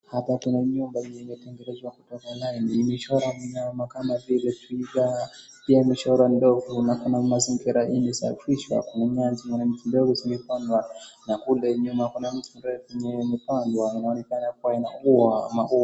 Hapa kuna nyumba ambayo imetengenezwa kutoka ndani imechora mnyama kama vile twiga pia imechorwa ndovu na kuna mazingira iliyosafishwa. Kuna nyasi ndogo zimepandwa na kule nyuma kuna mti mrefu uliyopandwa na inaonekana maua.